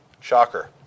Shocker